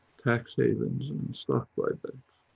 tax havens and stock buybacks.